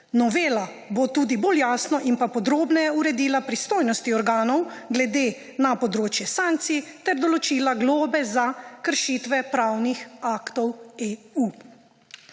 Novela bo tudi bolj jasno in pa podrobneje uredila pristojnosti organov glede na področje sankcij ter določila globe za kršitve pravnih aktov EU.